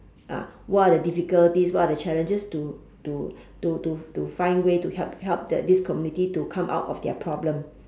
ah what are the difficulties what are the challenges to to to to to find way to help help the this community to come out of their problem